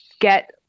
get